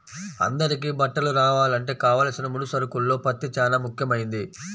అందరికీ బట్టలు రావాలంటే కావలసిన ముడి సరుకుల్లో పత్తి చానా ముఖ్యమైంది